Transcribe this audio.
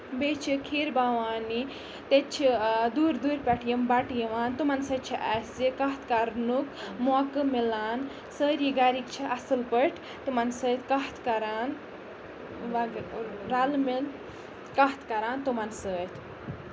بیٚیہِ چھِ خیٖر بَھوانی تَتہِ چھِ دوٗرِ دوٗرِ پٮ۪ٹھ یِم بَٹہٕ یِوان تمَن سۭتۍ چھِ اَسہِ کَتھ کَرنُک موقعہٕ مِلان سٲری گرِکۍ چھِ اَصٕل پٲٹھۍ تمَن سۭتۍ کَتھ کران رَلہٕ مِل کَتھ کران تمَن سۭتۍ